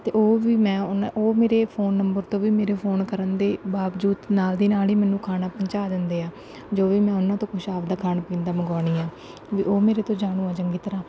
ਅਤੇ ਉਹ ਵੀ ਮੈਂ ਉਹਨਾਂ ਉਹ ਮੇਰੇ ਫੋਨ ਨੰਬਰ ਤੋਂ ਵੀ ਮੇਰੇ ਫੋਨ ਕਰਨ ਦੇ ਬਾਵਜੂਦ ਨਾਲ ਦੀ ਨਾਲ ਹੀ ਮੈਨੂੰ ਖਾਣਾ ਪਹੁੰਚਾ ਦਿੰਦੇ ਆ ਜੋ ਵੀ ਮੈਂ ਉਹਨਾਂ ਤੋਂ ਕੁਛ ਆਪਦਾ ਖਾਣ ਪੀਣ ਦਾ ਮੰਗਵਾਉਂਦੀ ਹਾਂ ਵੀ ਉਹ ਮੇਰੇ ਤੋਂ ਜਾਣੂ ਆ ਚੰਗੀ ਤਰ੍ਹਾਂ